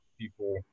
people